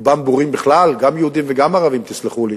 רובם בורים בכלל, גם יהודים וגם ערבים, תסלחו לי.